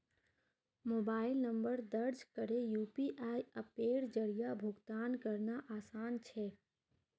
mobile number दर्ज करे UPI अप्पेर जरिया भुगतान करना आसान छे